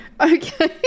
Okay